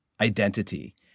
identity